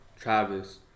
travis